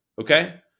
Okay